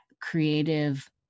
creative